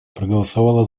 проголосовала